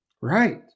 Right